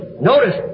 Notice